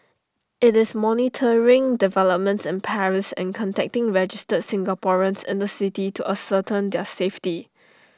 IT is monitoring developments in Paris and contacting registered Singaporeans in the city to ascertain their safety